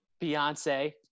Beyonce